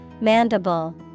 Mandible